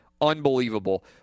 unbelievable